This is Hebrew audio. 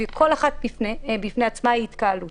וכל אחת בפני עצמה היא התקהלות.